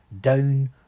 down